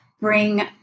bring